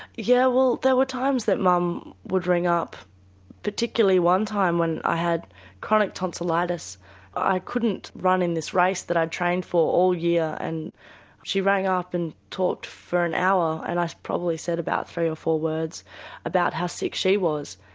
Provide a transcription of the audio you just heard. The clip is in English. yeah, well there were times that mum would ring up particularly one time when i had chronic tonsillitis i couldn't run in this race that i'd trained for all year. and she rang up and talked for an hour and i probably said about three or four words about how sick she was.